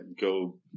Go